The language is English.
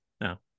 No